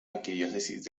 arquidiócesis